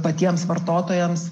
patiems vartotojams